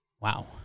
Wow